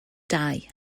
dau